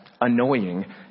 annoying